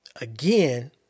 again